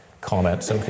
comments